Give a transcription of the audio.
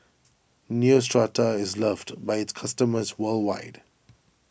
Neostrata is loved by its customers worldwide